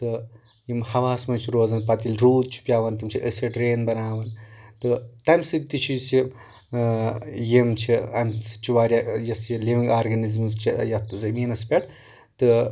تہٕ یِم ہواہس منٛز چھِ روزان پتہٕ ییٚلہِ روٗد چھُ پٮ۪وان تِم چھِ اٮ۪سڈ رین بناوان تہٕ تمہِ سۭتۍ تہِ چھُ یُس یہِ یِم چھِ امہِ سۭتۍ چھُ واریاہ یۄس یہِ لِوینٛگ آرگینزمٕز چھِ یتھ زٔمیٖنس پٮ۪ٹھ تہٕ